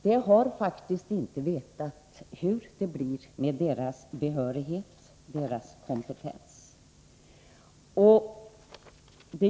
De har faktiskt inte vetat hur det kommer att bli med deras behörighet och kompetens.